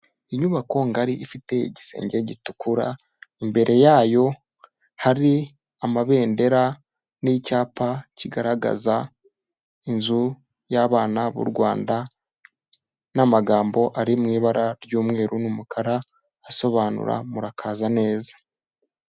Inyubako ngari ifite igisenge gitukura, imbere yayo hari amabendera n'icyapa kigaragaza inzu y'abana b'u Rwanda n'amagambo ari mu ibara ry'umweru n'umukara asobanura murakaza neza.